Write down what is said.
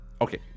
Okay